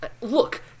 Look